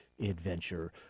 adventure